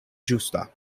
ĝusta